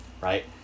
Right